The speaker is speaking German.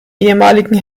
ehemaligen